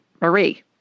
Marie